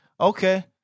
okay